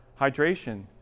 hydration